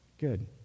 Good